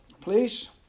please